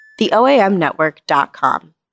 TheOAMNetwork.com